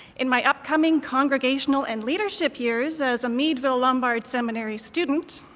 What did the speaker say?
in my up coming congregational and leadership years as a meadville lombard seminary student,